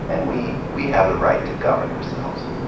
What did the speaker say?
and we we have the right to govern ourselves.